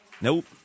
nope